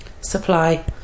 supply